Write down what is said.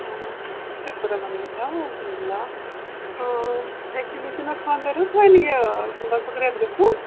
شُکُر الحمدُاللہ الحمدُاللہ اٮ۪کچُلی چھُ مےٚ خانٛدر حظ وۄنۍ یہِ لگ بگ رٮ۪تھ گٔژھِتھ